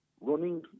running